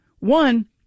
One